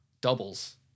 doubles